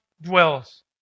dwells